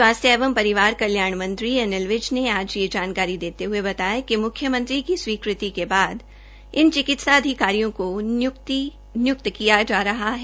स्वासथ्य एवं परिवार कल्याण मंत्री अनिल विज ने आज यह जानकारी देते हये बताया कि मुख्यमंत्री की स्वीकृति के बाद इन चिकित्सा अधिकारियों को निय्क्त किया जा रहा है